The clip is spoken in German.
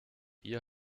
hier